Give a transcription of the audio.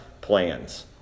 plans